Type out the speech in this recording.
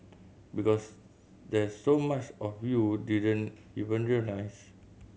because there's so much of you didn't even realise